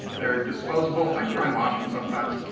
they're disposable. i try and wash them sometimes.